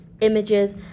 images